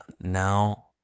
now